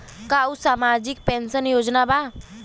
का उ सामाजिक पेंशन योजना बा?